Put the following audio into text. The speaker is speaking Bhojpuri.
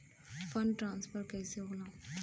फण्ड ट्रांसफर कैसे होला?